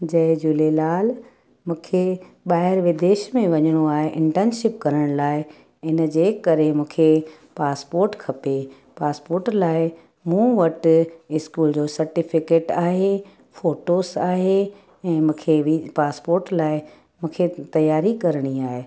जय झूलेलाल मूंखे ॿाहिरि विदेश में वञिणो आहे इंटर्नशिप करण लाइ इन जे करे मूंखे पासपोर्ट खपे पासपोर्ट लाइ मूं वटि स्कूल जो सर्टिफिकेट आहे फोटोस आहे ऐं मूंखे बि पासपोर्ट लाइ मूंखे तयारी करिणी आहे